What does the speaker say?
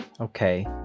Okay